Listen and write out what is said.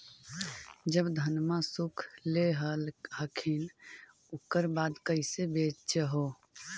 जब धनमा सुख ले हखिन उकर बाद कैसे बेच हो?